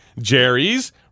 jerry's